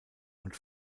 und